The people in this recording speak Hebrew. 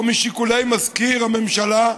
או משיקולי מזכיר הממשלה,